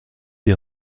des